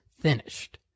finished